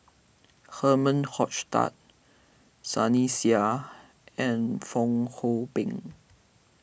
Herman Hochstadt Sunny Sia and Fong Hoe Beng